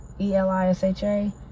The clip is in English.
E-L-I-S-H-A